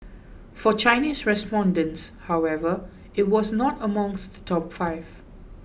for Chinese respondents however it was not among the top five